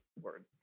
word